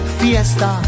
fiesta